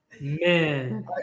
Man